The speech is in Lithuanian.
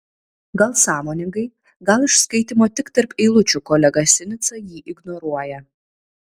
gal sąmoningai gal iš skaitymo tik tarp eilučių kolega sinica jį ignoruoja